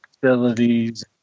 facilities